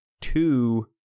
two